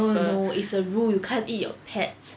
no no no it's a rule you can't eat your pets